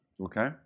Okay